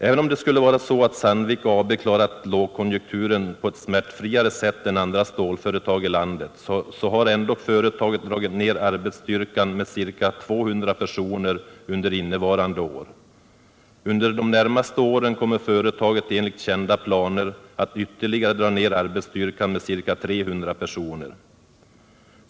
Även om det skulle vara så att Sandvik AB klarat lågkonjunkturen på ett smärtfriare sätt än andra stålföretag i landet, så har ändock företaget dragit ner arbetsstyrkan med ca 200 personer under innevarande år. Under de närmaste åren kommer företaget enligt kända planer att ytterligare dra ner arbetsstyrkan med ca 300 personer.